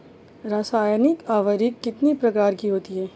रासायनिक उर्वरक कितने प्रकार के होते हैं?